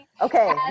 Okay